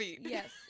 Yes